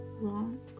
wrong